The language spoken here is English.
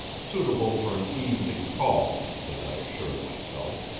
suitable for an evening call, as i assured myself,